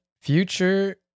Future